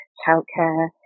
childcare